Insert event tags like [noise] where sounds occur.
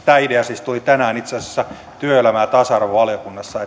tämä idea siis tuli tänään itse asiassa työelämä ja tasa arvovaliokunnasta [unintelligible]